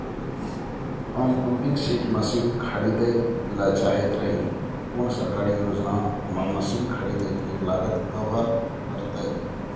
हम pumping set machine खरीदैय ल चाहैत रही कोन सरकारी योजना हमर मसीन खरीदय के लागत कवर करतय?